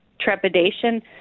trepidation